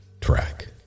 track